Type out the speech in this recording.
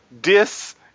dis